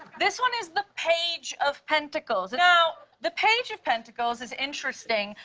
this one is the page of pentacles. now, the page of pentacles is interesting,